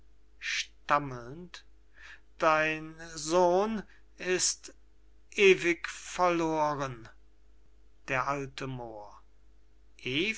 dein sohn ist ewig verloren d a moor